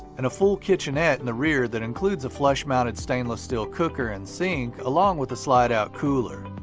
and a full kitchenette in the rear that includes a flush mounted stainless steel cooker and sink along with a slide-out cooler.